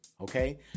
Okay